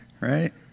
right